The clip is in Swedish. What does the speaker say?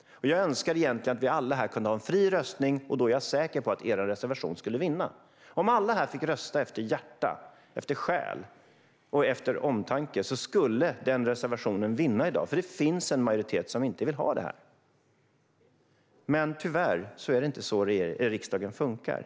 Jag önskar egentligen att vi alla här kunde ha en fri röstning. Då är jag säker på att er reservation skulle vinna. Om alla här fick rösta efter hjärta, själ och omtanke skulle den reservationen vinna i dag. Det finns en majoritet som inte vill ha detta. Men tyvärr är det inte så riksdagen funkar.